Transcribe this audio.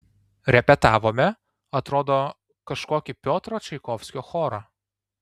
repetavome atrodo kažkokį piotro čaikovskio chorą